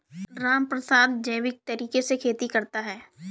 रामप्रसाद जैविक तरीके से खेती करता है